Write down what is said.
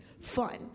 fun